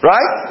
Right